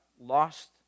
lost